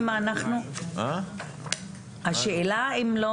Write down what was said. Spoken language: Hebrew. אם לא